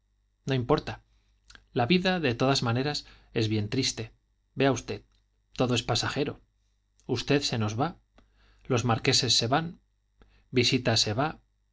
no importa la vida de todas maneras es bien triste vea usted todo es pasajero usted se nos va los marqueses se van visita se va